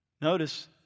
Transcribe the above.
notice